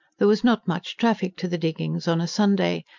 there was not much traffic to the diggings on a sunday.